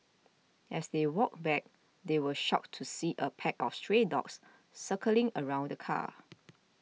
as they walked back they were shocked to see a pack of stray dogs circling around the car